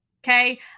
Okay